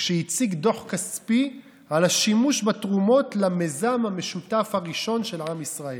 כשהציג דוח כספי על השימוש בתרומות למיזם המשותף הראשון של עם ישראל.